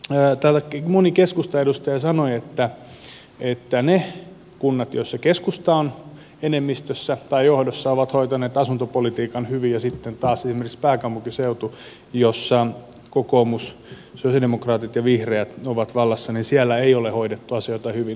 täällä moni keskustan edustaja sanoi että ne kunnat joissa keskusta on enemmistössä tai johdossa ovat hoitaneet asuntopolitiikan hyvin ja sitten taas esimerkiksi pääkaupunkiseudulla missä kokoomus sosialidemokraatit ja vihreät ovat vallassa ei ole hoidettu asioita hyvin